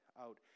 out